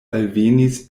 alvenis